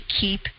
keep